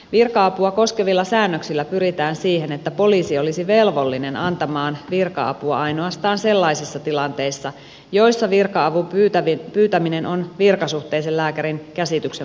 virka apua koskevilla säännöksillä pyritään siihen että poliisi olisi velvollinen antamaan virka apua ainoastaan sellaisissa tilanteissa joissa virka avun pyytäminen on virkasuhteisen lääkärin käsityksen mukaan välttämätöntä